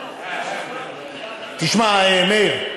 תשמע מאיר,